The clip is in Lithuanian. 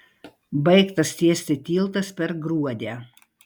baigtas tiesti tiltas per gruodę